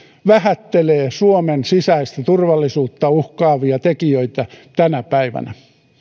vähättelee suomen sisäistä turvallisuutta uhkaavia tekijöitä tänä päivänä